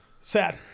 sad